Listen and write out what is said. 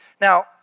Now